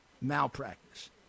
malpractice